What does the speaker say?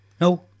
no